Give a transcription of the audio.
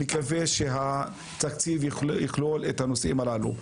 אני מקווה שהתקציב יכלול את הנושאים הללו.